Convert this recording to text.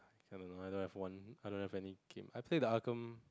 I don't know I don't have one I don't have any game I played the